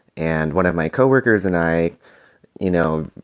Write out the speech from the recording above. and one of my co-workers and i you know,